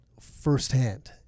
firsthand